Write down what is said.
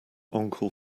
uncle